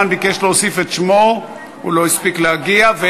אוקיי, שלי הספיקה, יפה.